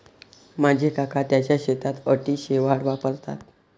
माझे काका त्यांच्या शेतात अँटी शेवाळ वापरतात